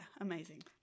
amazing